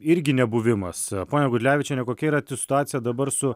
irgi nebuvimas ponia gudlevičiene kokia yra situacija dabar su